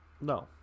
No